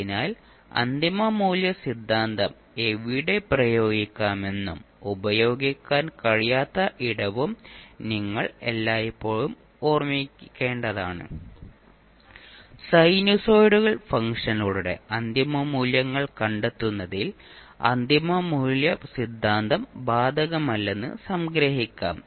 അതിനാൽ അന്തിമ മൂല്യ സിദ്ധാന്തം എവിടെ പ്രയോഗിക്കാമെന്നും ഉപയോഗിക്കാൻ കഴിയാത്ത ഇടവും നിങ്ങൾ എല്ലായ്പ്പോഴും ഓർമ്മിക്കേണ്ടതാണ് സിനുസോയ്ഡൽ ഫംഗ്ഷനുകളുടെ അന്തിമ മൂല്യങ്ങൾ കണ്ടെത്തുന്നതിൽ അന്തിമ മൂല്യ സിദ്ധാന്തം ബാധകമല്ലെന്ന് സംഗ്രഹിക്കാം